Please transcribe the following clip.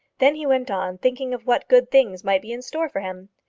then he went on thinking of what good things might be in store for him.